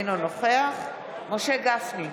אינו נוכח משה גפני,